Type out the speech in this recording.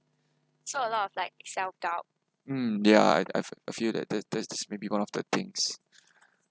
mm yeah I I feel that that's maybe one of the things